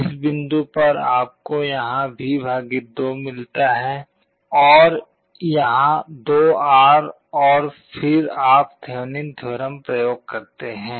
इस बिंदु पर आपको यहाँ V 2 मिलता है और यहाँ 2R और फिर आप थेवेनिन थ्योरम प्रयोग करते हैं